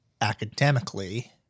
academically